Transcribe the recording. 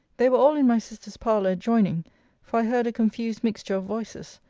they were all in my sister's parlour adjoining for i heard a confused mixture of voices,